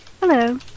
Hello